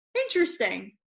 Interesting